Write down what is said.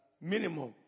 minimum